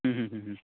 ह्म् ह्म्ह्म् ह्म्